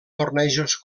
tornejos